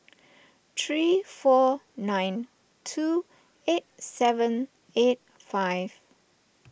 three four nine two eight seven eight five